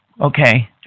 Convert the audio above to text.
Okay